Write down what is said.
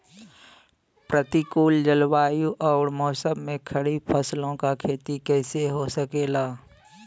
प्रतिकूल जलवायु अउर मौसम में खरीफ फसलों क खेती कइसे हो सकेला?